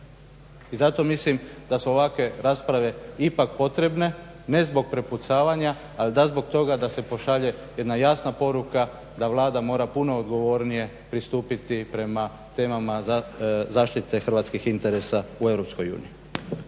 I zato mislim da su ovakve rasprave ipak potrebne ne zbog prepucavanja, ali da zbog toga da se pošalje jedna jasna poruka da Vlada mora puno odgovornije pristupiti prema temama zaštite hrvatskih interesa u